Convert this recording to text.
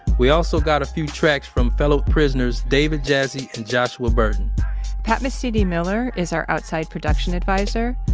we also got a few tracks from fellow prisoners david jassy and joshua burton pat mesiti-miller is our outside production adviser.